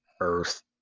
earth